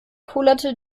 kullerte